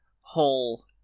whole